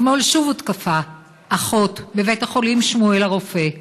אתמול שוב הותקפה אחות בבית החולים שמואל הרופא.